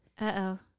Uh-oh